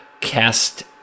cast